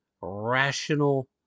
rational